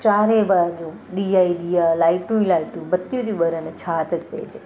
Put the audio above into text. चारे ई बाजू ॾीया ई ॾीया लाइटूं ई लाइटूं ॿतियूं थी ॿरनि छा थो चइजे